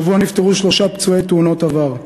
השבוע נפטרו שלושה פצועי תאונות עבר.